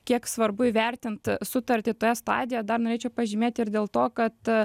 kiek svarbu įvertint sutartį toje stadijoje dar norėčiau pažymėti ir dėl to kad